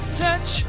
touch